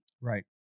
right